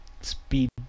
speed